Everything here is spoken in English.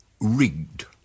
Rigged